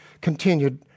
continued